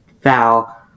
foul